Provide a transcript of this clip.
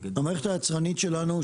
המערכת היצרנית שלנו,